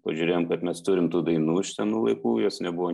pažiūrėjom kad mes turim tų dainų iš senų laikų jos nebuvo